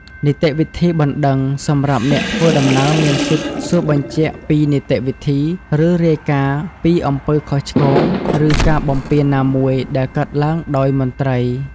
នីតិវិធីបណ្តឹង សម្រាប់អ្នកធ្វើដំណើរមានសិទ្ធិសួរបញ្ជាក់ពីនីតិវិធី ឬរាយការណ៍ពីអំពើខុសឆ្គង ឬការបំពានណាមួយដែលកើតឡើងដោយមន្ត្រី។